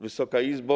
Wysoka Izbo!